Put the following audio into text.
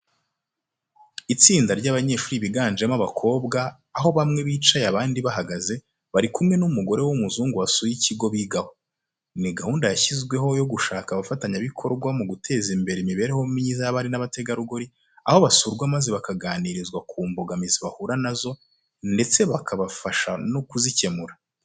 Itsinda ry'abanyeshuri biganjemo abakobwa, aho bamwe bicaye abandi bahagaze, bari kumwe n'umugore w'umuzungu wasuye ikigo bigaho. Ni gahunda yashyizweho yo gushaka abafatanya bikorwa mu guteza imbere imibereho myiza y'abari n'abategarugori, aho basurwa maze bakaganirizwa ku mbogamizi bahura na zo ndetse bakabafasha no kuzikemura.